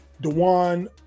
dewan